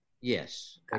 Yes